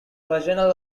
vaginal